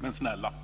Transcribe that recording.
Men snälla ni,